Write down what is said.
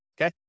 okay